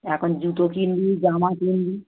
এখন জুতো কিনবি জামা কিনবি